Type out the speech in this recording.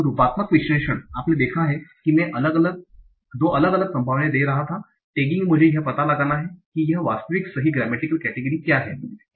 तो रूपात्मक विश्लेषण आपने देखा कि मैं दो अलग संभावनाएं दे रहा था टैगिंग में मुझे यह पता लगाना है कि यहां वास्तविक सही ग्रेमेटिकल कैटेगरी grammatical category व्याकरणिक श्रेणी क्या है